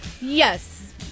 Yes